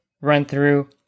run-through